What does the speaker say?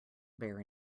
bear